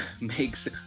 makes